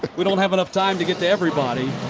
but we don't have enough time to get to everybody.